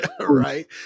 Right